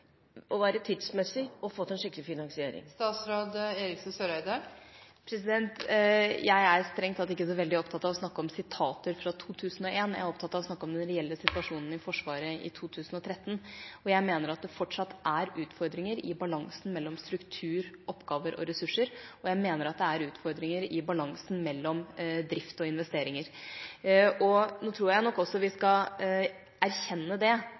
å være tidsmessig og å få til en skikkelig finansiering? Jeg er strengt tatt ikke så veldig opptatt av å snakke om sitater fra 2001. Jeg er opptatt av å snakke om den reelle situasjonen i Forsvaret i 2013, og jeg mener at det fortsatt er utfordringer i balansen mellom struktur, oppgaver og ressurser, og at det er utfordringer i balansen mellom drift og investeringer. Nå tror jeg nok også vi skal erkjenne